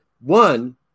one